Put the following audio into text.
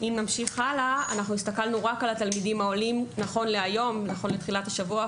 אנחנו הסתכלנו רק על התלמידים העולים נכון לתחילת השבוע,